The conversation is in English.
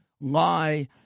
lie